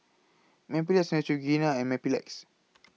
Mepilex Neutrogena and Mepilex